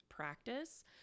practice